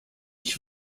ich